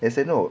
then said no